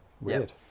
Weird